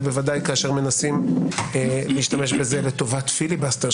ובוודאי כאשר מנסים להשתמש בזה לטובת פיליבסטר.